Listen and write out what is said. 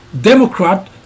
Democrat